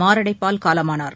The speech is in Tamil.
மாரடைப்பால் காலமானார்